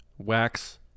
Wax